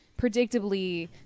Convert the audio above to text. Predictably